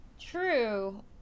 True